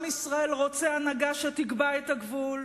עם ישראל רוצה הנהגה שתקבע את הגבול.